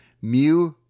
mu